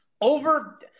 over